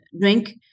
drink